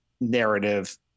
narrative